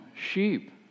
sheep